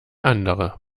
andere